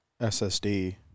SSD